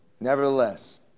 Nevertheless